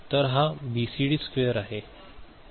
तर हा BCD square आहे